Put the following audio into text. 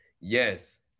yes